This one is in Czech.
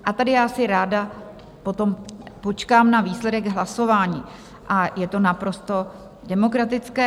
A tady já si ráda potom počkám na výsledek hlasování a je to naprosto demokratické.